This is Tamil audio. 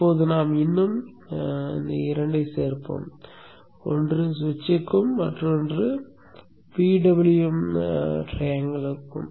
இப்போது இங்கே நாம் இன்னும் இரண்டைச் சேர்ப்போம் ஒன்று சுவிட்சுக்கும் மற்றொன்று PWM முக்கோணத்திற்கும்